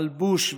מלבוש,